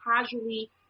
casually